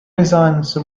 designs